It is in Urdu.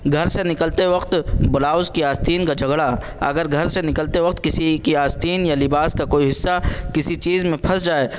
گھر سے نکلتے وقت بلاؤز کی آستین کا جھگڑا اگر گھر سے نکلتے وقت کسی کی آستین یا لباس کا کوئی حصہ کسی چیز میں پھنس جائے